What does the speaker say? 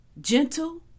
gentle